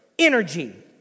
energy